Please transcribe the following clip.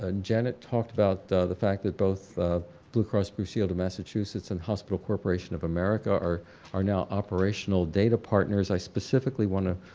ah janet talked about the fact that both blue cross blue shield massachusetts and hospital corporation of america are are now operational data partners i specifically want to